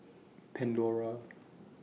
Pandora